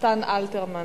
נתן אלתרמן